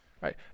right